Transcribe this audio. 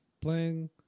Playing